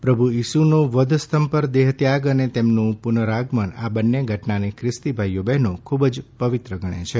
પ્રભુ ઇસુનો વધસ્તંભ પર દેહત્યાગ અને તેમનું પુનરાગમન આ બંને ઘટનાને ખ્રિસ્તી ભાઈ બહેનો ખૂબ પવિત્ર ગણે છે